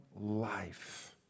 life